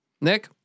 Nick